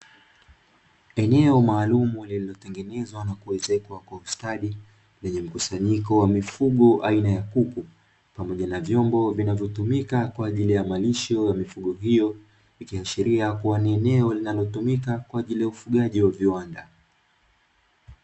Eneo maalum lililotengenezwa na kuezekwa kwa ustadi lenye mkusanyiko wa mifugo aina ya kuku pamoja na vyombo vinavyotumika kwa ajili ya malisho ya mifugo hiyo, ikiashiria ni eneo linalotumika kwa ajili ya ufugaji wa viwanda.